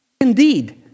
Indeed